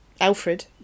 Alfred